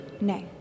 No